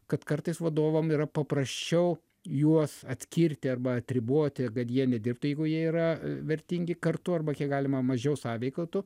kad kartais vadovam yra paprasčiau juos atskirti arba atriboti kad jie nedirbtų jeigu jie yra vertingi kartu arba kiek galima mažiau sąveikautų